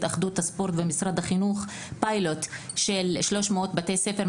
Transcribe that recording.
התאחדות הספורט ועם משרד החינוך ב-300 בתי ספר של